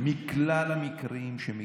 הם נמצאים שם